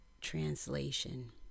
translation